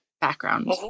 background